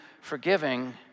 forgiving